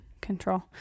control